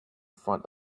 front